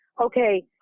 Okay